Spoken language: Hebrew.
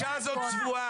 האישה הזאת צבועה.